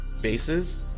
bases